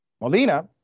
Molina